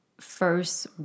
first